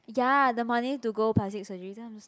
ya the money to go plastic surgery then I'm just